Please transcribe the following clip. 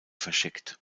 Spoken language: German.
verschickt